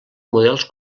models